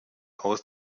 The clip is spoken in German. aus